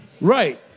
Right